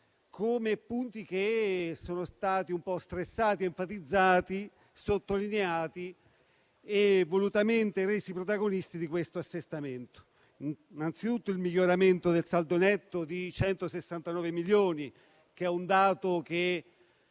perché sono stati stressati, enfatizzati, sottolineati e volutamente resi protagonisti di questo assestamento. Innanzi tutto, vi è il miglioramento del saldo netto di 169 milioni, dato che